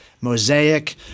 Mosaic